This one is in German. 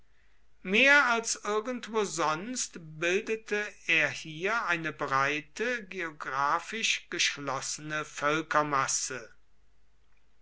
mehr als irgendwo sonst bildete er hier eine breite geographisch geschlossene